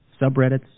subreddits